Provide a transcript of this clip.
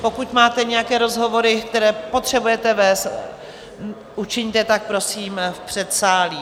Pokud máte nějaké rozhovory, které potřebujete vést, učiňte tak prosím v předsálí.